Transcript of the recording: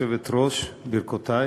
גברתי היושבת-ראש, ברכותי.